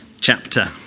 chapter